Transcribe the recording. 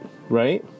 right